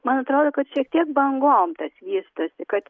man atrodo kad šiek tiek bangom tas vystosi kad